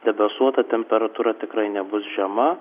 debesuota temperatūra tikrai nebus žema